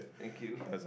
thank you